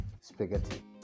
spaghetti